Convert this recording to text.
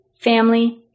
family